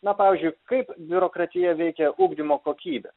na pavyzdžiui kaip biurokratija veikia ugdymo kokybę